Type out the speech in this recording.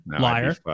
Liar